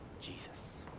Jesus